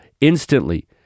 instantly